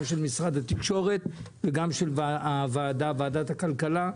גם של משרד התקשורת וגם של ועדת הכלכלה.